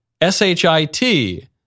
S-H-I-T